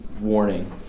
warning